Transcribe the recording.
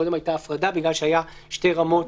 קודם הייתה הפרדה בגלל שהיו שתי רמות.